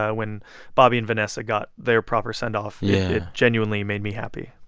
ah when bobby and vanessa got their proper send off yeah genuinely made me happy